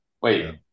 wait